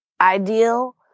ideal